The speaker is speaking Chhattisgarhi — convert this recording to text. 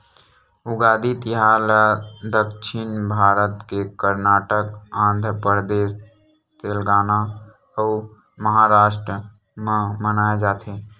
उगादी तिहार ल दक्छिन भारत के करनाटक, आंध्रपरदेस, तेलगाना अउ महारास्ट म मनाए जाथे